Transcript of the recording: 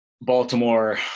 Baltimore –